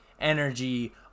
energy